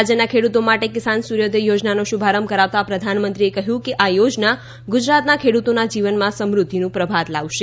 રાજ્યના ખેડૂતો માટે કિસાન સૂર્યોદય યોજનાનો શુભારંભ કરાવતા પ્રધાનમંત્રીએ કહ્યું કે આ યોજના ગુજરાતના ખેડૂતોના જીવનમાં સમૃદ્ધિનું પ્રભાત લાવશે